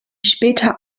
später